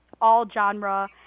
all-genre